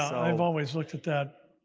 i have always looked at that